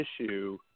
issue